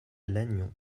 lannion